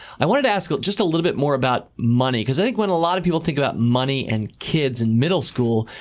i wanted to ask just a little bit more about money. i think when a lot of people think about money and kids and middle school,